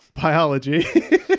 biology